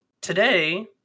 Today